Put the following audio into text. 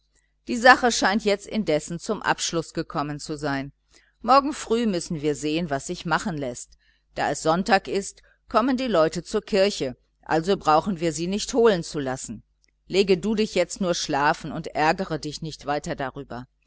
die sache scheint jetzt indessen zum abschluß gekommen zu sein morgen früh müssen wir sehen was sich machen läßt da es sonntag ist kommen die leute zur kirche also brauchen wir sie nicht holen zu lassen lege du dich jetzt nur schlafen und ärgere dich nicht weiter darüber